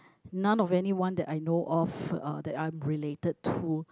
none of anyone that I know of uh that I'm related to